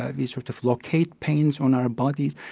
ah we sort of locate pains on our bodies.